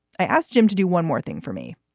i asked him to do one more thing for me.